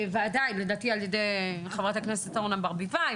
לדעתי על ידי חברת הכנסת אורנה ברביבאי,